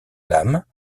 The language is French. lame